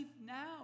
now